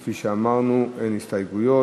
כפי שאמרנו, אין הסתייגויות.